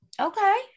Okay